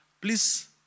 please